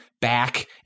back